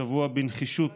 השבוע בנחישות